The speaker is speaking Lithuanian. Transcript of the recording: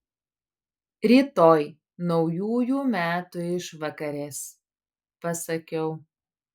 rytoj naujųjų metų išvakarės pasakiau